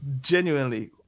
genuinely